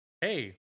hey